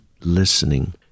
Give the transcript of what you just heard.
listening